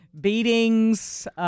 beatings